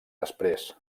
després